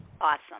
Awesome